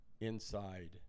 inside